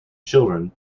children